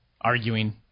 arguing